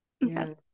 Yes